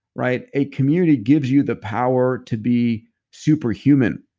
right? a community gives you the power to be super human.